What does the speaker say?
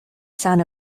son